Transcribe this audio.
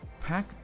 Pack